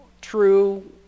true